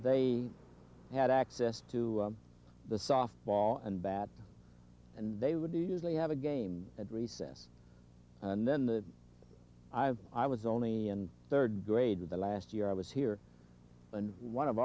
they had access to the soft ball and bat and they would do usually have a game at recess and then the i v i was only in third grade with the last year i was here and one of